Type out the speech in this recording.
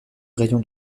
raïon